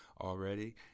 already